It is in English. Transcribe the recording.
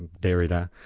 and derrida,